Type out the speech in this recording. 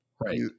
Right